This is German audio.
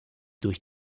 durch